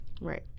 Right